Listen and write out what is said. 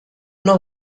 know